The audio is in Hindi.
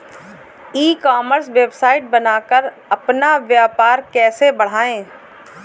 ई कॉमर्स वेबसाइट बनाकर अपना व्यापार कैसे बढ़ाएँ?